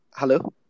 Hello